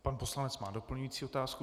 Pan poslanec má doplňující otázku.